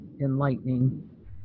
enlightening